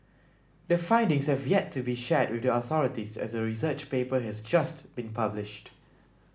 the findings have yet to be shared with the authorities as the research paper has just been published